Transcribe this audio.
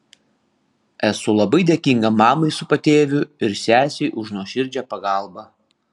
esu labai dėkinga mamai su patėviu ir sesei už nuoširdžią pagalbą